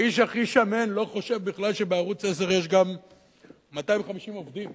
האיש הכי שמן לא חושב בכלל שבערוץ-10 יש גם 250 עובדים,